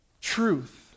truth